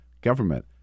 government